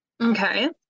Okay